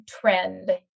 trend